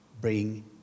bring